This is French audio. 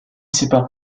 sépare